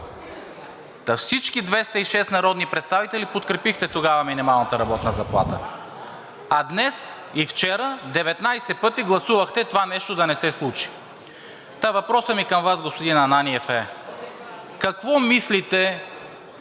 всички 206 народни представители подкрепихте тогава минималната работна заплата, а днес и вчера 19 пъти гласувахте това нещо да не се случи? Та въпросът ми към Вас, господин Ананиев, е: какво мислите,